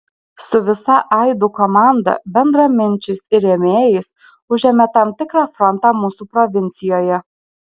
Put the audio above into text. su visa aidų komanda bendraminčiais ir rėmėjais užėmė tam tikrą frontą mūsų provincijoje